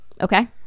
Okay